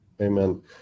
Amen